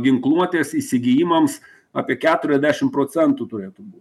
ginkluotės įsigijimams apie keturiasdešimt procentų turėtų būti